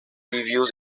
reviews